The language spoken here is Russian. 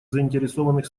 заинтересованных